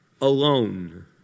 alone